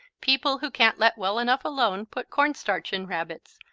people who can't let well enough alone put cornstarch in rabbits,